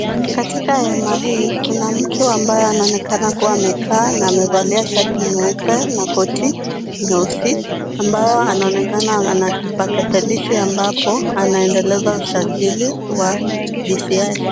Katika hema hii kuna mtu ambaye anaonekana kuwa amekaa na amevalia shati nyeupe na koti nyeusi ambayo anaonekana ana kipatatalishi ambapo anaendeleza usajili wa CDI.